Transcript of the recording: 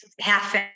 half